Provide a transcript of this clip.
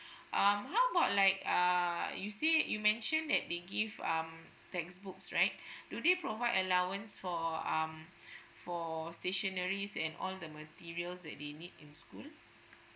um how about like uh you see you mention that they give um textbooks right do they provide allowance for um for stationeries and all the materials that they need in school